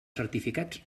certificats